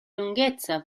lunghezza